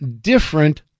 different